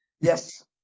Yes